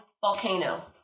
Volcano